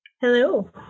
Hello